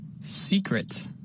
Secret